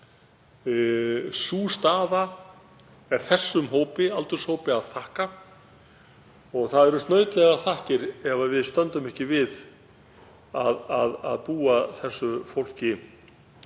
Sú staða er þessum aldurshópi að þakka og það eru snautlegar þakkir ef við stöndum ekki við að búa því fólki